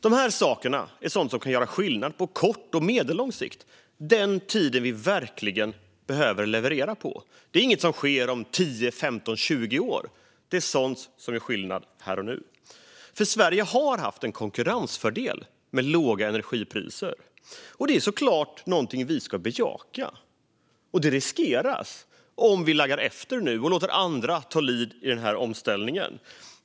Det här är sådana saker som kan göra skillnad på kort och medellång sikt, den tiden vi verkligen behöver leverera på. Det är inget som sker om 10, 15 eller 20 år. Det är sådant som gör skillnad här och nu. Sverige har haft en konkurrensfördel med låga energipriser, och det är såklart något vi ska bejaka. Men det riskeras om vi laggar efter nu och låter andra ta ledningen i den här omställningen.